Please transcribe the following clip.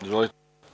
Izvolite.